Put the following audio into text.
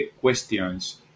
questions